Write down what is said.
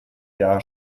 jahre